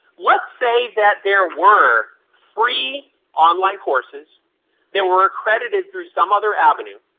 let's say that there were free online courses that were accredited through some other avenue,